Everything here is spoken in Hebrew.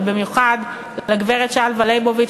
ובמיוחד לגברת שלוה ליבוביץ,